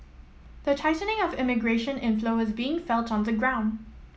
the tightening of immigration inflow was being felt on the ground